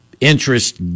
interest